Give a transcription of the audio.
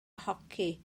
hoci